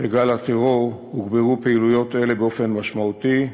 וגל הטרור הוגברו פעילויות אלה באופן משמעותי,